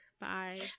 bye